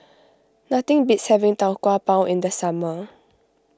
nothing beats having Tau Kwa Pau in the summer